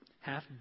half